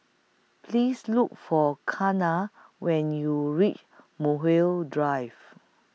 Please Look For Kiana when YOU REACH Muswell Hill